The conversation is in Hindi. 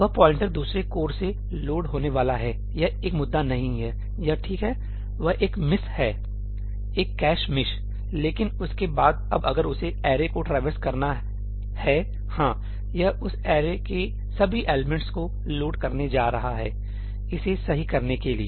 वह पॉइंटर दूसरे कोर से लोड होने वाला है यह एक मुद्दा नहीं है यह ठीक हैवह एक मिस सही है है एक कैश मिस लेकिन उसके बाद अब अगर उसे एरे को ट्रैवरस करना हैहाँ यह उस ऐरे के सभी एलिमेंट्स को लोड करने जा रहा है इसे सही करने के लिए